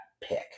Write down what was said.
pick